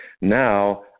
Now